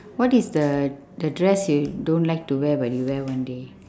what is the the dress you don't like to wear but you wear one day